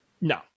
no